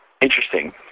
interesting